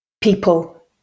people